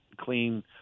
clean